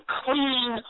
clean